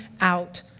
out